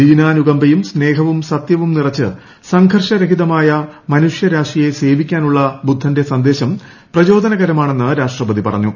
ദീനാനുകമ്പയും സ്നേഹവും സത്യവും നിറച്ച് സംഘർഷ രഹിതമായി മനുഷ്യരാശിയെ സേവിക്കാനുള്ള ബുദ്ധന്റെ സന്ദേശം പ്രചോദനകരമാണെന്ന് രാഷ്ട്രപതി പറഞ്ഞു